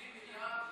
20 מיליארד.